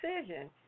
decision